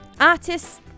artists